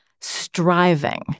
striving